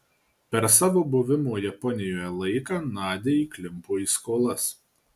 per savo buvimo japonijoje laiką nadia įklimpo į skolas